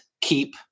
keep